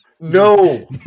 no